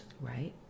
right